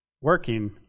working